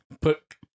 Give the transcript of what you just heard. put